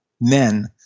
men